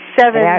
Seven